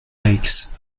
makes